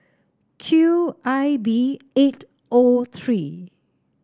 Q I B eight O three